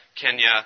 Kenya